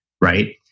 right